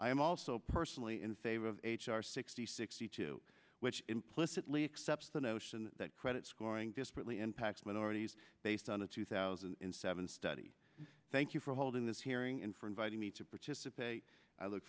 i am also personally in favor of h r sixty sixty two which implicitly accepts the notion that credit scoring discreetly impacts minorities based on a two thousand and seven study thank you for holding this hearing and for inviting me to participate i look